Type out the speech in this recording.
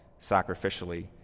sacrificially